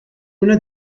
una